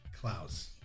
clouds